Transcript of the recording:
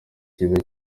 cyiza